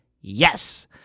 yes